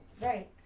right